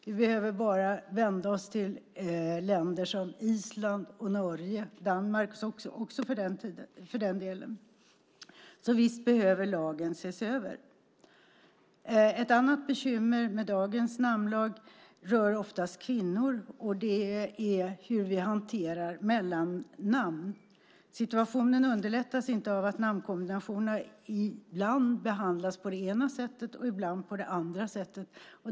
Vi behöver bara vända oss till länder som Island och Norge - ja, för den delen också Danmark - så visst behöver lagen ses över. Ett annat bekymmer med dagens namnlag rör oftast kvinnor. Det gäller då hur vi hanterar mellannamn. Situationen underlättas inte av att namnkombinationer ibland behandlas på ett sätt, ibland på ett annat sätt.